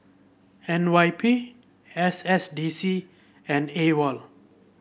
N Y P S S D C and AWOL